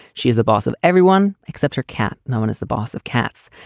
she is the boss of everyone except her cat. known as the boss of cats.